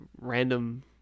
random